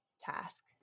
task